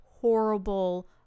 horrible